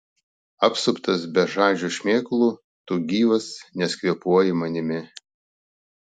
apsuptas bežadžių šmėklų tu gyvas nes kvėpuoji manimi